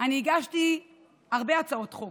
אני הגשתי הרבה הצעות חוק